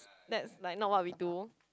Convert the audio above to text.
that's like not what we do